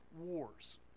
Wars